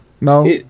no